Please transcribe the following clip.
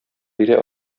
бирә